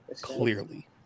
clearly